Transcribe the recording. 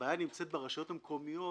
הבעיה נמצאת ברשויות המקומיות,